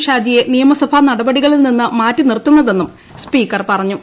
ഷാജിയെ നിയമസഭാ നടപടികളിൽനിന്ന് മാറ്റി നിർത്തുന്നതെന്നും സ്പീക്കർ പറഞ്ഞു